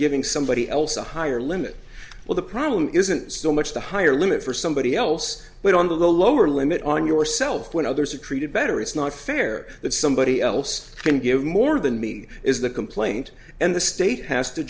giving somebody else a higher limit well the problem isn't so much the higher limit for somebody else but on the lower limit on yourself when others are treated better it's not fair that somebody else can give more than me is the complaint and the state has to